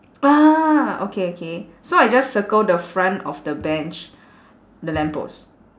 ah okay okay so I just circle the front of the bench the lamp post